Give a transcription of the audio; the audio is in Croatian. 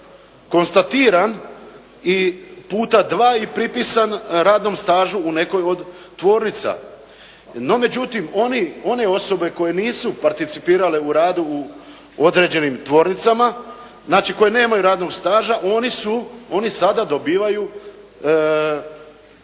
je konstatiran i puta dva i pripisan radnom stažu u nekoj od tvornica. No međutim, one osobe koje nisu participirale u radu u određenim tvornicama, znači koje nemaju radnog staža, oni sada dobivaju